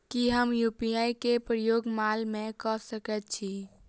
की हम यु.पी.आई केँ प्रयोग माल मै कऽ सकैत छी?